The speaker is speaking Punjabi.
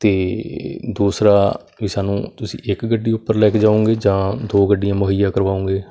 ਅਤੇ ਦੂਸਰਾ ਵੀ ਸਾਨੂੰ ਤੁਸੀਂ ਇੱਕ ਗੱਡੀ ਉੱਪਰ ਲੈ ਕੇ ਜਾਓਂਗੇ ਜਾਂ ਦੋ ਗੱਡੀਆਂ ਮੁਹੱਈਆ ਕਰਵਾਓਂਗੇ